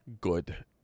good